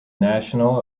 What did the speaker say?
national